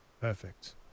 Perfect